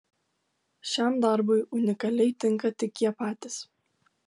šiam darbui unikaliai tinka tik jie patys